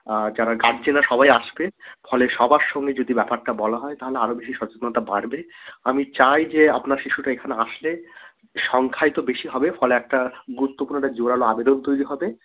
আর যারা গার্জেনরা সবাই আসবে ফলে সবার সঙ্গে যদি ব্যাপারটা বলা হয় তাহলে আরও বেশি সচেতনতা বাড়বে আমি চাই যে আপনার শিশুরা এখানে আসলে সংখ্যায় তো বেশি হবে ফলে একটা গুরুত্বপূর্ণ একটা জোরালো আবেদন তৈরি হবে